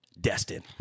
destined